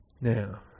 Now